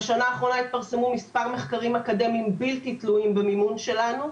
בשנה האחרונה התפרסמו מספר מחקרים אקדמיים בלתי תלויים במימון שלנו.